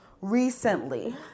recently